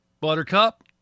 Buttercup